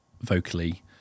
vocally